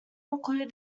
included